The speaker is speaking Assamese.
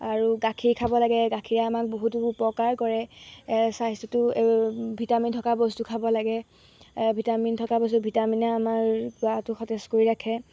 আৰু গাখীৰ খাব লাগে গাখীৰে আমাক বহুতো উপকাৰ কৰে স্বাস্থ্যটো ভিটামিন থকা বস্তু খাব লাগে ভিটামিন থকা বস্তু ভিটামিনে আমাৰ গাটো সতেজ কৰি ৰাখে